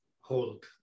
hold